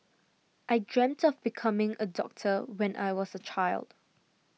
I dreamt of becoming a doctor when I was a child